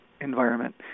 environment